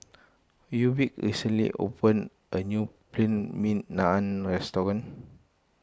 Reubin recently opened a new Plain Naan restaurant